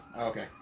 Okay